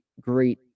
great